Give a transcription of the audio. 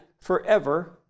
forever